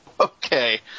okay